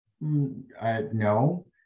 No